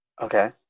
Okay